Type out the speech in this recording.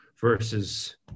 versus